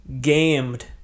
gamed